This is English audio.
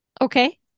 Okay